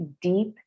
deep